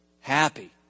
happy